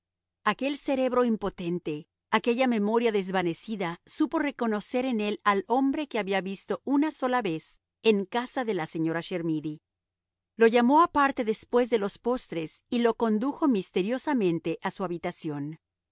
aquel cerebro impotente aquella memoria desvanecida supo reconocer en él al hombre que había visto una sola vez en casa de la señora chermidy lo llamó aparte después de los postres y lo condujo misteriosamente a su habitación